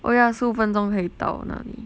oh yeah 十五分钟可以到哪里